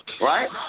Right